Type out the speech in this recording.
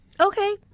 Okay